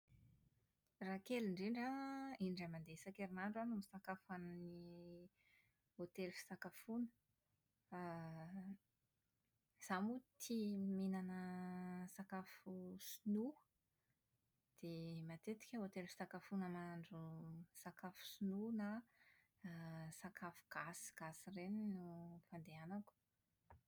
Raha kely indrindra an, indray andeha isan-kerinandro aho no misakafo amin'ny hotely fisakafoana. > Izaho moa tia mihinana sakafo sinoa, dia matetika hotely fisakafoana mahandro sakafo sinoa na sakafo gasigasy ireny no fandehanako.